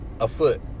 afoot